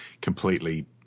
completely